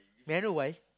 may I know why